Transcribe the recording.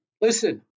Listen